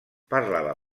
parlava